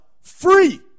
free